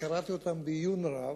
וקראתי אותן בעיון רב,